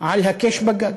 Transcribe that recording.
על "הקש בגג",